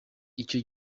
icyo